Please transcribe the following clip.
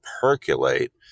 percolate